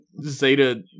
Zeta-